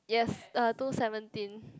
yes uh two seventeen